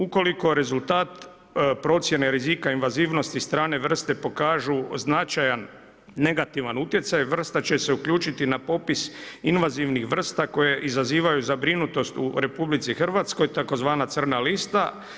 Ukoliko rezultat procjene rizika invazivnosti strane vrste pokažu značajan utjecaj, vrsta će se uključiti na popis invazivnih vrsta koje izazivaju zabrinutost u RH tzv. crna lista.